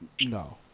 No